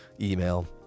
email